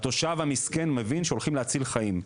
התושב המסכן מבין שהולכים להציל חיים,